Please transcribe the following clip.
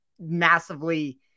massively